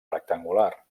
rectangular